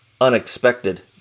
unexpected